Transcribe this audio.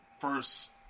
first